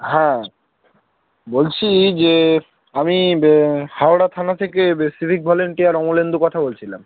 হ্যাঁ বলছি যে আমি হাওড়া থানা থেকে সিভিক ভলেন্টিয়ার অমলেন্দু কথা বলছিলাম